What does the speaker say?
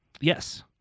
Yes